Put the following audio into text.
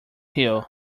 hill